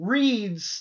reads